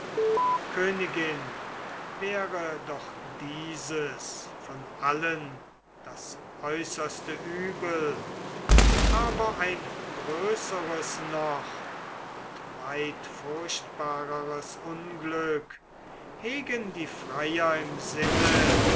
königin wäre doch dieses von allen das äußerste übel aber ein größeres noch und weit furchtbareres unglück hegen die freier im sinne